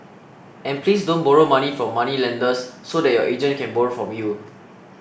and please don't borrow money from moneylenders so that your agent can borrow from you